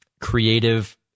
creative